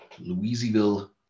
Louisville